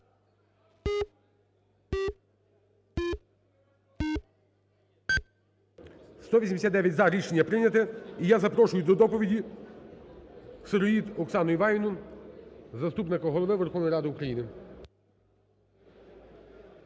За-189 Рішення прийняте. І я запрошую до доповіді Сироїд Оксану Іванівну, заступника Голови Верховної Ради України.